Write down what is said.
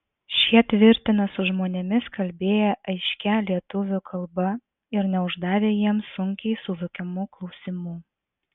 šie tvirtina su žmonėmis kalbėję aiškia lietuvių kalba ir neuždavę jiems sunkiai suvokiamų klausimų